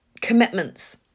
commitments